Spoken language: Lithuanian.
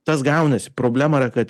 tas gaunasi problema yra kad